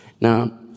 Now